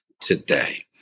today